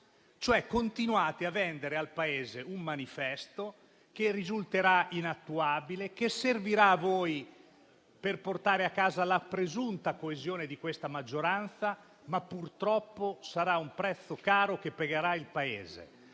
Continuate cioè a vendere al Paese un manifesto che risulterà inattuabile e servirà a voi per portare a casa la presunta coesione di questa maggioranza, ma purtroppo sarà un prezzo caro che pagherà il Paese,